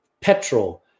petrol